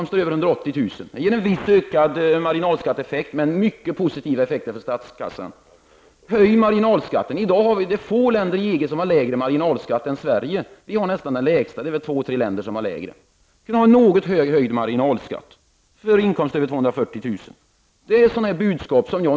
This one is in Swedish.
Sedan har andra debattörer snävat in debatten.